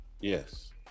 Yes